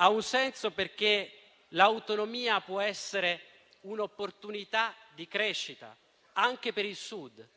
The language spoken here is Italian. ha un senso, perché l'autonomia può essere un'opportunità di crescita anche per il Sud.